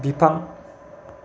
बिफां